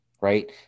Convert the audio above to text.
right